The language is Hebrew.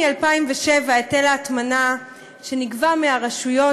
מ-2007 היטל ההטמנה שנגבה מהרשויות,